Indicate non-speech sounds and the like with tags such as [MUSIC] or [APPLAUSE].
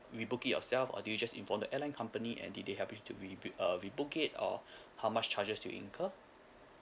rebook it yourself or did you just inform the airline company and did they help you to reb~ uh rebook it or [BREATH] how much charges did you incur